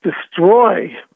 destroy